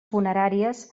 funeràries